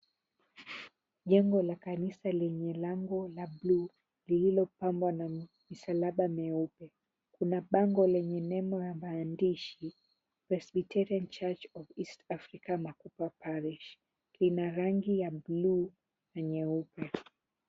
Jengo la kanisa lenye lango la blue lililopambwa na misalaba meupe. Kuna bango lenye nembo ya maandishi Presbyterian Church of East Africa Makupa Parish. Ina rangi ya blue na nyeupe.